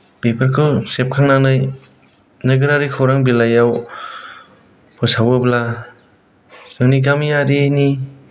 बेफोरखौ सेबखांनानै नोगोरारि खौरां बिलाइयाव फोसावोब्ला जोंनि गामियारिनि